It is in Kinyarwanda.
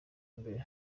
mbere